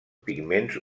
pigments